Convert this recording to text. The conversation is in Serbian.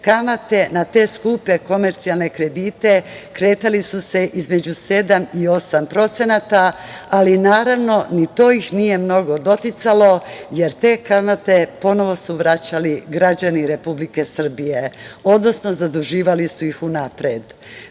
Kamate na te skupe komercijalne kredite kretali su se između sedam i osam procenata, ali naravno ni to ih nije mnogo doticalo, jer te kamate ponovo su vraćali građani Republike Srbije, odnosno zaduživali su ih unapred. Danas